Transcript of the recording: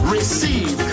Receive